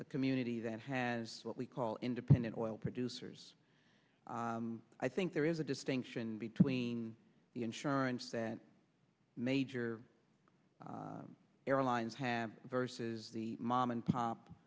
the community that has what we call independent oil producers i think there is a distinction between the insurance that major airlines have versus the mom and pop